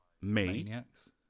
Maniacs